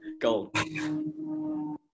gold